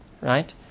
Right